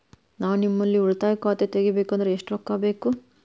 ನಾ ನಿಮ್ಮಲ್ಲಿ ಉಳಿತಾಯ ಖಾತೆ ತೆಗಿಬೇಕಂದ್ರ ಎಷ್ಟು ರೊಕ್ಕ ಬೇಕು?